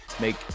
Make